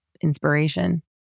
Inspiration